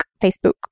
facebook